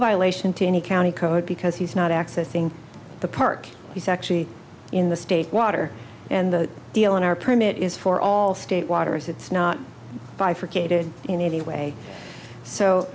violation to any county code because he's not accessing the park he's actually in the state water and the deal in our permit is for all state waters it's not bifurcated in any way so